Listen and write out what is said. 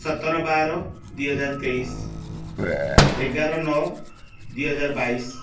ସତର ବାର ଦୁଇ ହଜାର ତେଇଶି ଏଗାର ନଅ ଦୁଇ ହଜାର ବାଇଶି